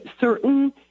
certain